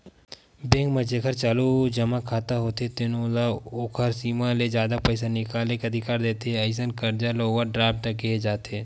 bank म जेखर चालू जमा खाता होथे तेनो ल ओखर सीमा ले जादा पइसा निकाले के अधिकार देथे, अइसन करजा ल ओवर ड्राफ्ट केहे जाथे